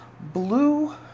Blue